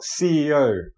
CEO